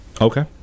Okay